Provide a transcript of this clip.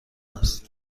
است